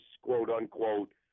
quote-unquote